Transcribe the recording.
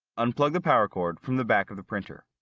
unplug the power cord from the back of the printer.